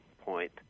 point